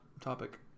topic